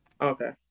Okay